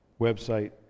website